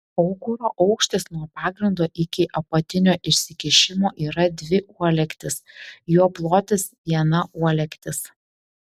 aukuro aukštis nuo pagrindo iki apatinio išsikišimo yra dvi uolektys jo plotis viena uolektis